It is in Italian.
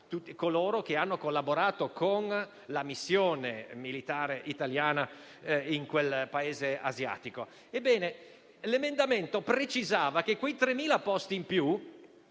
coloro che hanno collaborato con la missione militare italiana in quel Paese asiatico. Ebbene, l'emendamento precisava che quei 3.000 posti in più